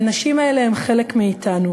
האנשים האלה הם חלק מאתנו.